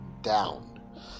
down